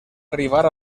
arribar